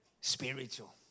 spiritual